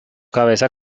cabeza